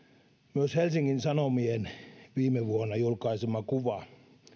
myös helsingin sanomien viime vuonna julkaisema kuva